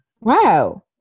Wow